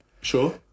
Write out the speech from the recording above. sure